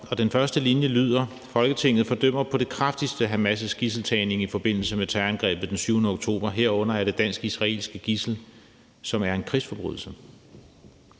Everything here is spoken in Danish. op. Den første linje lyder: »Folketinget fordømmer på det kraftigste Hamas' gidseltagning i forbindelse med terrorangrebet den 7. oktober, herunder af det dansk-israelske gidsel, som er en krigsforbrydelse.«